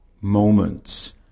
moments